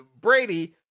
Brady